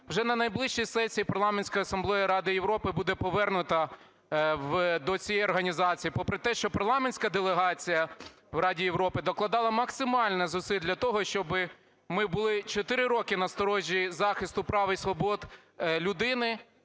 вже на найближчій сесії Парламентської асамблеї Ради Європи буде повернута до цієї організації, попри те, що парламентська делегація в Раді Європи докладала максимально зусиль для того, щоб ми були 4 роки насторожі захисту прав і свобод людини.